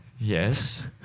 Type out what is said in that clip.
Yes